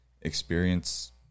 experience